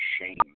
shame